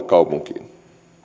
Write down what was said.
kaupunkiin